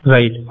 Right